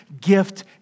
gift